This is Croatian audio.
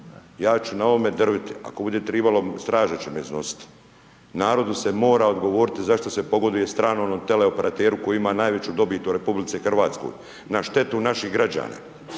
Ja ću na ovome drviti, ako bude tribalo, straža će me iznositi. Narodu se mora odgovoriti zašto se pogoduje stranom teleoperateru koji ima najveću dobit u RH na štetu naših građana.